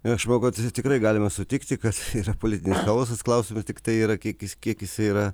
jo aš manau kad tikrai galima sutikti kad yra politinis chaosas klausimas tiktai yra kiek jis kiek jisai yra